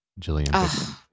Jillian